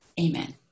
amen